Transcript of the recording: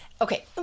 okay